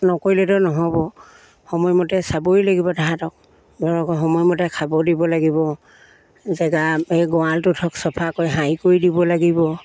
নকৰিলেতো নহ'ব সময়মতে চাবই লাগিব তাহাঁতক ধৰক সময়মতে খাব দিব লাগিব জেগা এই গঁৰালটো ধৰক চফা কৰি কৰি দিব লাগিব